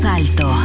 alto